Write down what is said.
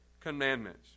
commandments